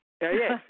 Yes